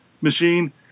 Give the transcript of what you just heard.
machine